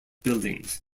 buildings